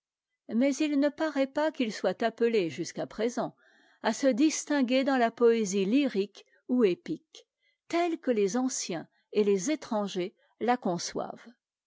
mais il ne paraît pas qu'ils soient appelés jusqu'à présent à se distinguer dans la poésie lyrique ou épique telle que les anciens et les étrangers la conçoivent